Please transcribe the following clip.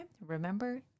remember